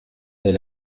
des